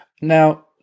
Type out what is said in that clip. Now